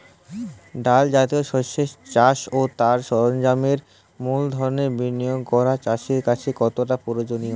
ডাল জাতীয় শস্যের চাষ ও তার সরঞ্জামের মূলধনের বিনিয়োগ করা চাষীর কাছে কতটা প্রয়োজনীয়?